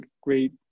great